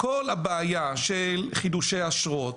כל הבעיה של חידושי אשרות,